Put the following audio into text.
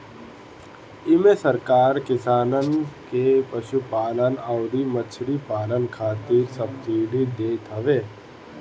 इमे सरकार किसानन के पशुपालन अउरी मछरी पालन खातिर सब्सिडी देत हवे